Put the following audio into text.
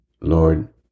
Lord